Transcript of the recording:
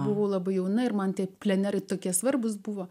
buvo labai jauna ir man tie plenerai tokie svarbūs buvo